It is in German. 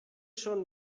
schon